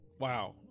wow